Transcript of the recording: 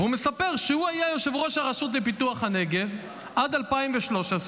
והוא מספר שהוא היה יושב-ראש הרשות לפיתוח הנגב עד שנת 2013,